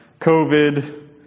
COVID